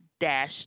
Dash